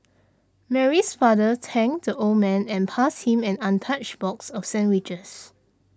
Mary's father thanked the old man and passed him an untouched box of sandwiches